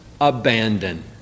abandon